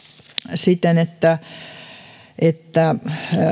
siten että että